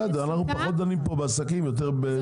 בסדר, אנחנו פחות דנים פה בעסקים, יותר בצרכנות.